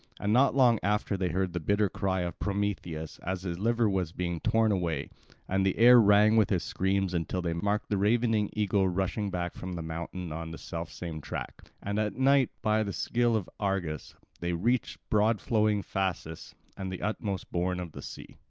and not long after they heard the bitter cry of prometheus as his liver was being torn away and the air rang with his screams until they marked the ravening eagle rushing back from the mountain on the self-same track. and at night, by the skill of argus, they reached broad-flowing phasis, and the utmost bourne of the sea.